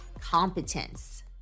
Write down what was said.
competence